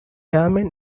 airmen